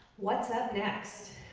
what's up next?